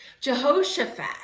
Jehoshaphat